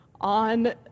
on